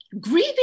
grieving